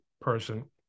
person